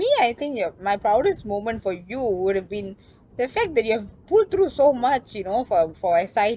me I think your my proudest moment for you would have been the fact that you have put through so much you know from for S_I_T